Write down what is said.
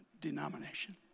denomination